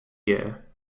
year